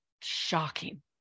shocking